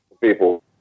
people